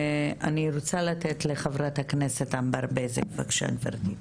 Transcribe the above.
אני רוצה לתת לחברת הכנסת ענבר בזק, בבקשה גברתי.